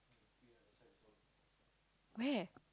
where